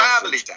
family